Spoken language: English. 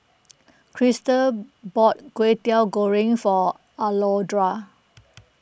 Crystal bought Kwetiau Goreng for Alondra